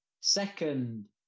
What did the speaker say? Second